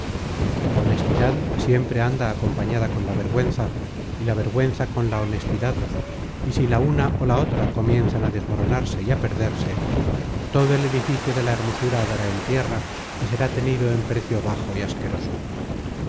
la honestidad siempre anda acompañada con la vergüenza y la vergüenza con la honestidad y si la una ó la otra comienzan a desmoronarse y á perderse todo el edificio de la hermosura dará en tierra y será tenido en precio bajo y asqueroso